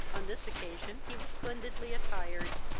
on this occasion he was splendidly attired,